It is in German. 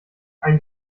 ein